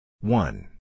One